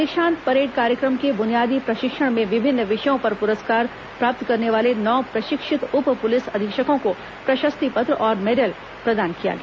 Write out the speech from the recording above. दीक्षांत परेड़ कार्यकम के बुनियादी प्रशिक्षण में विभिन्न विषयों पर पुरस्कार प्राप्त करने वाले नौ प्रशिक्षित उप पुलिस अधीक्षकों को प्रशस्ति पत्र और मेडल प्रदान किया गया